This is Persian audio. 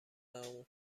عمو